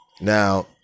Now